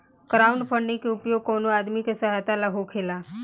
crowdfunding के उपयोग कवनो आदमी के सहायता ला होखेला